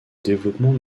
développement